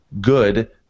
good